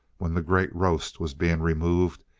when the great roast was being removed,